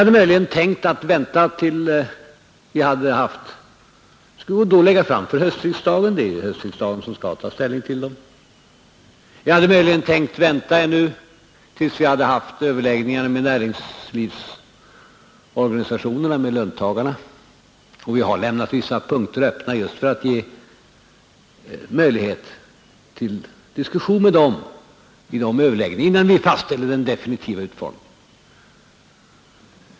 Det är ju höstriksdagen som skall ta ställning till sådana förslag, och vi hade möjligen tänkt vänta med förslagen tills vi hade haft överläggningar med näringslivets organisationer och med löntagarna. Vi har också lämnat vissa punkter öppna just för att ge möjlighet till diskussion vid sådana överläggningar, innan vi fastställer den definitiva utformningen.